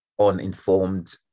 uninformed